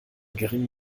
geringen